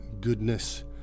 goodness